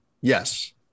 Yes